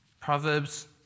Proverbs